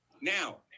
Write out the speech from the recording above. Now